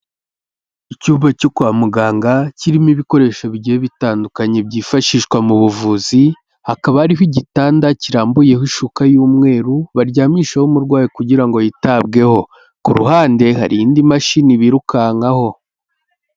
Icyumba cyo kwa muganga kirimo ibikoresho bigiye bitandukanye byifashishwa mu buvuzi, hakaba hariho igitanda kirambuyeho ishuka y'umweru baryamisheho umurwayi kugira ngo yitabweho, ku ruhande hari indi mashini birukankaho.